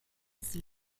sie